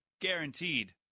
Guaranteed